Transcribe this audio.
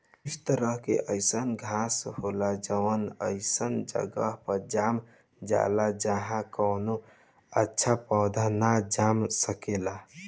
कुछ तरह के अईसन भी घास होला जवन ओइसन जगह पर जाम जाला जाहा कवनो अच्छा पौधा ना जाम सकेला